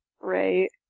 Right